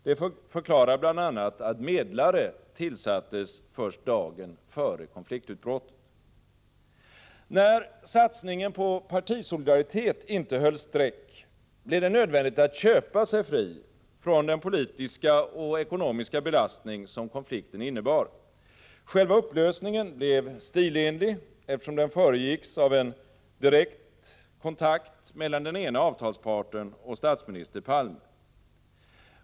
Det förklarar bl.a. att medlare tillsattes först dagen före konfliktsutbrottet. När satsningen på partisolidaritet inte höll streck, blev det nödvändigt att köpa sig fri från den politiska och ekonomiska belastning som konflikten innebar. Själva upplösningen blev stilenlig, eftersom den föregicks av en direktkontakt mellan den ena avtalsparten och statsminister Palme.